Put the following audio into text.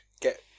get